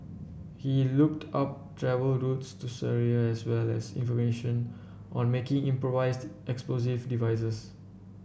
he looked up travel routes to Syria as well as information on making improvised explosive devices